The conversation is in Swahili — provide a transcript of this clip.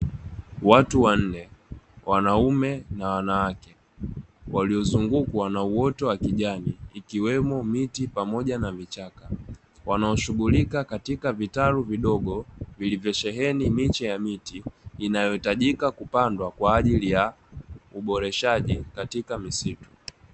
Watu wanne (wanaume na wanawake) waliozungukwa na uoto wa kijani iwemo miti pamoja na vichaka, wanaoshughulika katika vitalu vidogo vilivyosheheni miche ya miti, inayohitajika kupandwa kwa ajili ya uboreshaji katika misitu.